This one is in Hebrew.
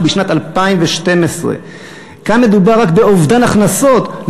בשנת 2012. כאן מדובר רק באובדן הכנסות,